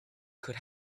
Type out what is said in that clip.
could